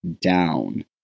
down